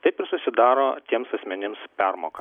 taip ir susidaro tiems asmenims permoka